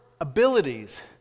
abilities